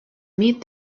meet